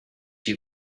you